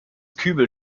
kübelt